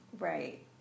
Right